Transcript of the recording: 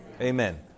Amen